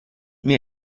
mir